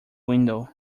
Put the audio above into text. window